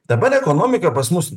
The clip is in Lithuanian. dabar ekonomika pas mus